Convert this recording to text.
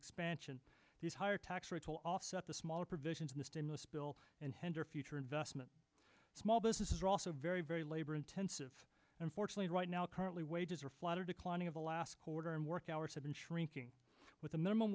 expansion these higher tax rates will offset the smaller provisions in the stimulus bill and hender future investment small businesses are also very very labor intensive unfortunately right now currently wages are flat or declining quarter and work hours have been shrinking with the minimum